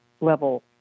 level